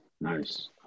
Nice